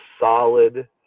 solid